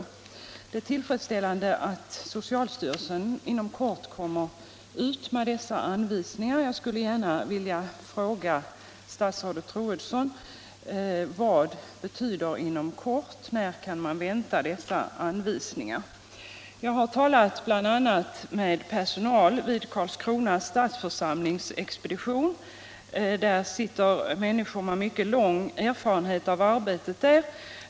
Därför är det tillfredsställande att socialstyrelsen inom kort kommer ut med anvisningar, men jag skulle vilja fråga statsrådet Troedsson: Vad betyder ”inom kort”, när kan man vänta dessa anvisningar? Jag har talat med bl.a. personal vid Karlskrona stadsförsamlings expedition. Där finns människor med mycket lång erfarenhet av arbetet.